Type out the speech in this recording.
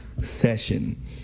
session